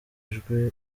ijwi